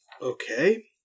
Okay